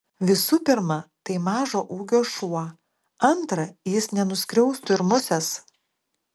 visų pirma tai mažo ūgio šuo antra jis nenuskriaustų ir musės